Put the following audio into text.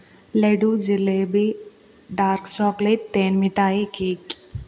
laddu jalebi dark chocolate തേന് മിഠായി cake